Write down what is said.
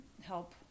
help